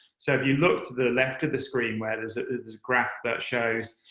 so if you look to the left of the screen where there's a graph that shows,